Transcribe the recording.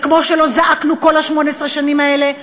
וכמו שלא זעקנו כל 18 השנים האלה,